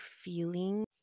feeling